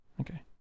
Okay